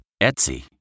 Etsy